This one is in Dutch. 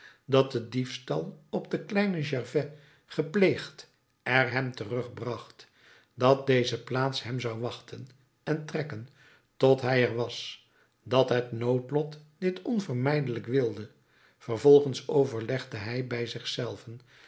dat de diefstal op den kleinen gervais gepleegd er hem terugbracht dat deze plaats hem zou wachten en trekken tot hij er was dat het noodlot dit onvermijdelijk wilde vervolgens overlegde hij bij zich zelven